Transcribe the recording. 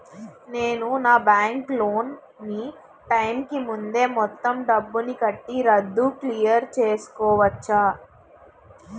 నేను నా bank loan నీ టైం కీ ముందే మొత్తం డబ్బుని కట్టి రద్దు క్లియర్ చేసుకోవచ్చా?